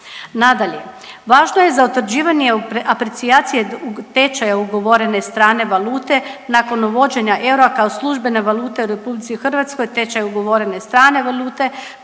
Nadalje, važno je za utvrđivanje aprecijacije tečaja ugovorene strane valute nakon uvođenja eura kao službene valute u RH te će ugovorene strane valute